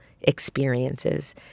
experiences